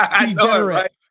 degenerate